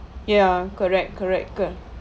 ya correct correct correct